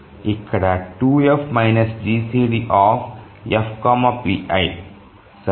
ఇక్కడ 2F GCD F pi సరే